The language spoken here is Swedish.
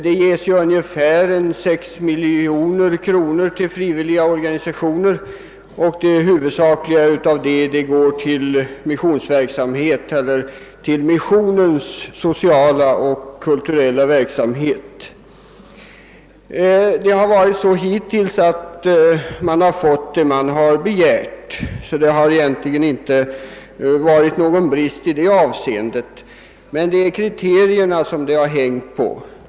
Frivilliga organisationer får ungefär 6 miljoner kronor, och huvuddelen av dessa pengar går till missionens sociala och kulturella verksamhet. Hittills har man i stort sett fått vad man begärt. Det har således egentligen inte brustit i det avseendet, men det är kriterierna för anslag som vi velat få omprövade.